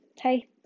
hey